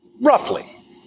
roughly